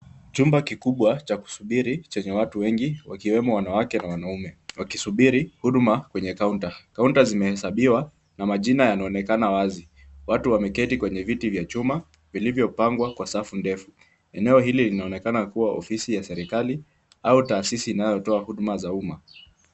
Chumba kikubwa cha kusubiri chenye watu wengi, wakiwemo wanawake na wanaume, wakisubiri, huduma kwenye kaunta. Kaunta zimehesabiwa na majina yanaonekana wazi. Watu wameketi kwenye viti vya chuma, vilivyopangwa kwa safu ndefu. Eneo hili linaonekana kuwa ofisi ya serikali au taasisi inayotoa huduma za umma.